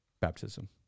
baptism